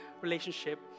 relationship